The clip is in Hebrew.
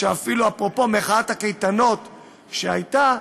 אפרופו מחאת הקייטנות שהייתה: